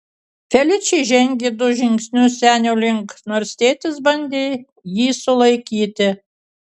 feličė žengė du žingsnius senio link nors tėtis bandė jį sulaikyti